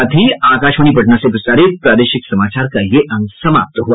इसके साथ ही आकाशवाणी पटना से प्रसारित प्रादेशिक समाचार का ये अंक समाप्त हुआ